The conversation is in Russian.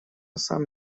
сам